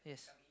yes